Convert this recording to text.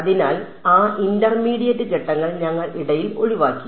അതിനാൽ ആ ഇന്റർമീഡിയറ്റ് ഘട്ടങ്ങൾ ഞങ്ങൾ ഇടയിൽ ഒഴിവാക്കി